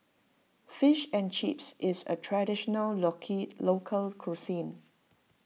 Fish and Chips is a traditional local cuisine